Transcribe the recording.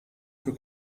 für